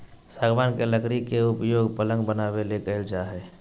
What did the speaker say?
सागवान के लकड़ी के उपयोग पलंग बनाबे ले कईल जा हइ